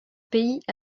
pays